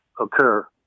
occur